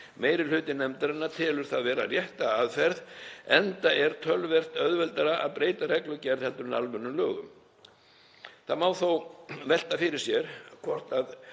Meiri hluti nefndarinnar telur það vera rétta aðferð enda er töluvert auðveldara að breyta reglugerð en almennum lögum. Það má þó velta fyrir sér hvort það